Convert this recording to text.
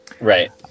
Right